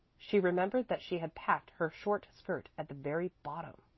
she remembered that she had packed her short skirt at the very bottom.